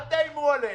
אל תאיימו עלינו.